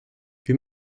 wir